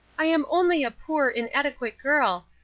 i am only a poor inadequate girl,